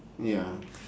ya